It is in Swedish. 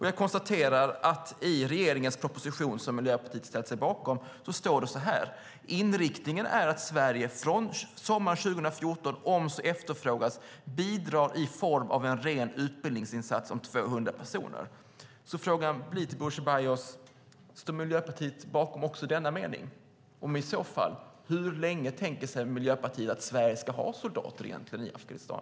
Jag konstaterar att i regeringens proposition, som Miljöpartiet ställer sig bakom, står det så här: "Inriktningen är att Sverige från sommaren 2014, om så efterfrågas, bidrar i form av en ren utbildningsinsats om 200 personer -." Frågan blir till Bodil Ceballos: Står Miljöpartiet bakom också denna mening? Om ja, hur länge tänker sig Miljöpartiet i så fall att Sverige ska ha soldater i Afghanistan?